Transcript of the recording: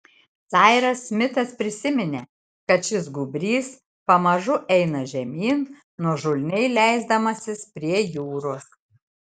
sairas smitas prisiminė kad šis gūbrys pamažu eina žemyn nuožulniai leisdamasis prie jūros